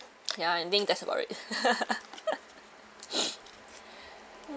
ya I think that's about it hmm